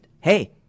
hey